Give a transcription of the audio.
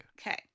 okay